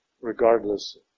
regardless